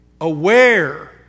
aware